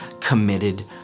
committed